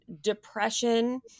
depression